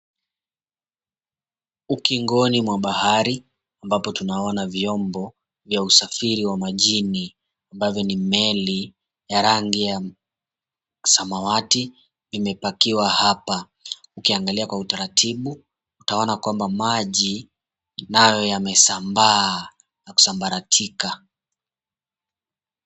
Ukingoni mwa bahari ambapo tunaona vyombo vya usafiri wa majini ambavyo ni meli ya rangi ya samawati imepakiwa hapa. Ukiangalia kwa utaratibu utaona kwamba maji nayo yamesmbaa na kusambaratika